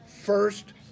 first